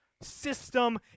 system